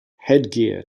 headgear